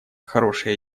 хорошая